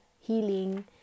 healing